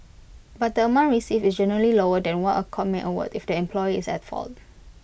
but the amount received is generally lower than what A court may award if the employer is at fault